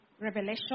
Revelation